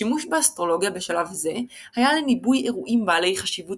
השימוש באסטרולוגיה בשלב זה היה לניבוי אירועים בעלי חשיבות